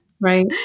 right